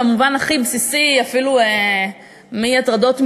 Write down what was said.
במובן הכי בסיסי אפילו מהטרדות מיניות,